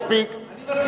מספיק.